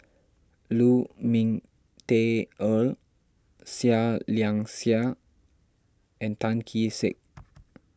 Lu Ming Teh Earl Seah Liang Seah and Tan Kee Sek